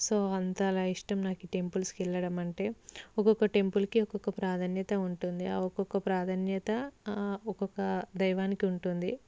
so అంతగా ఇష్టం నాకు ఈ టెంపుల్స్కి వెళ్ళడం అంటే ఒక్కొక్క టెంపుల్కి ఒక్కొక్క ప్రాధాన్యత ఉంటుంది ఆ ఒక్కొక్క ప్రాధాన్యత ఆ ఒక్కొక్క దైవానికి ఉంటుంది